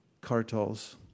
cartels